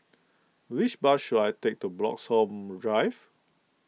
which bus should I take to Bloxhome Drive